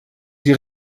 die